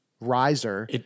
Riser